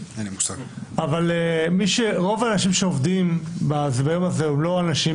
50%. רוב האנשים שעובדים ביום זה, הם לא אנשים